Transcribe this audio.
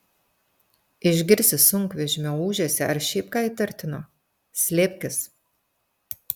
išgirsi sunkvežimio ūžesį ar šiaip ką įtartino slėpkis